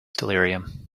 delirium